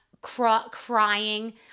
crying